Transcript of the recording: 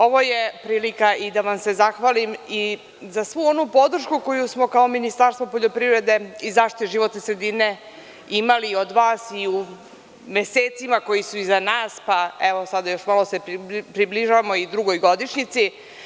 Ovo je prilika i da vam se zahvalim i za svu onu podršku koju smo kao Ministarstvo poljoprivrede i zaštite životne sredine imali od vas i u mesecima koji su iza nas, pa, evo, sada još malo se približavamo i drugoj godišnjici.